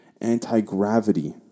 anti-gravity